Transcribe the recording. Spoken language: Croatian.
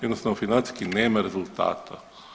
Jednostavno financijski nema rezultata.